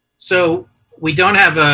so we don't have